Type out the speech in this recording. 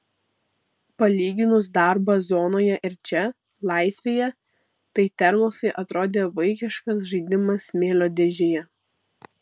palyginus darbą zonoje ir čia laisvėje tai termosai atrodė vaikiškas žaidimas smėlio dėžėje